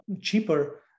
cheaper